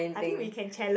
I think we can challenge